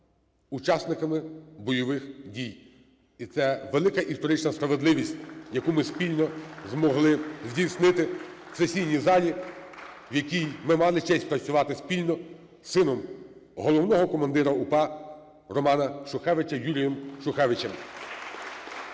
учасниками бойових дій. І це велика історична справедливість, яку ми спільно змогли здійснити в сесійній залі, в якій ми мали честь працювати спільно з сином головного командира УПА Романа Шухевича - Юрієм Шухевичем.